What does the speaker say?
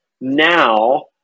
now